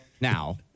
Now